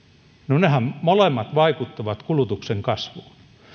no nehän molemmat vaikuttavat kulutuksen kasvuun